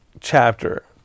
chapter